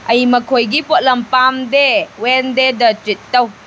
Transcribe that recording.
ꯑꯩ ꯃꯈꯣꯏꯒꯤ ꯄꯣꯠꯂꯝ ꯄꯥꯝꯗꯦ ꯋꯦꯟꯗꯦꯗ ꯇ꯭ꯋꯨꯠ ꯇꯧ